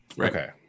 Okay